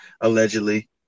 allegedly